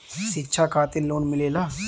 शिक्षा खातिन लोन मिलेला?